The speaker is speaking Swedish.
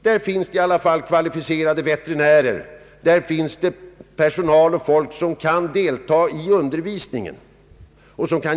Där förfogar man ju över kvalificerade veterinärer och annan personal som kan hjälpa till med undervisningen.